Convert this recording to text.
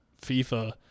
FIFA